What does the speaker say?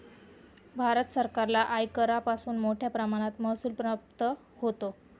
भारत सरकारला आयकरापासून मोठया प्रमाणात महसूल प्राप्त होतो